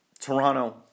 Toronto